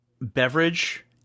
beverage